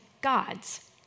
gods